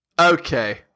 okay